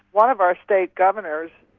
one of our state governors,